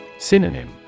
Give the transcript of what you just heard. Synonym